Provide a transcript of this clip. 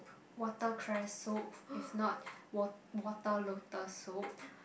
watercress soup if not wat~ water lotus soup